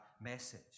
message